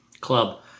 club